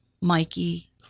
mikey